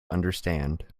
understand